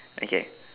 okay